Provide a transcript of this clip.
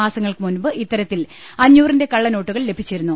മാസങ്ങൾക്ക് മുൻപ്പ് ഇത്തരത്തിൽ അഞ്ഞൂറിന്റെ കള്ളനോട്ടുകൾ ലഭിച്ചിരുന്നു